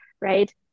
right